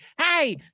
hey